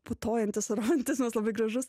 putojantis romantizmas labai gražus